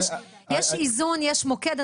יש איזון, יש מוקד.